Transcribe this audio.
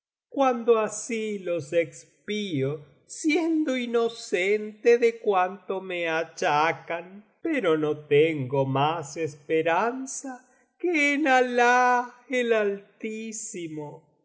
cuando así los expío siendo inocente de cuanto me achacan pero no tengo más esperanza que en alah el altísimo